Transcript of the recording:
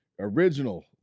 original